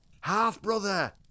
Half-brother